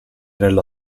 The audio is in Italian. nella